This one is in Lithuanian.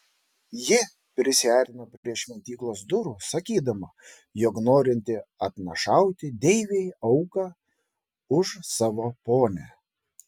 ji prisiartino prie šventyklos durų sakydama jog norinti atnašauti deivei auką už savo ponią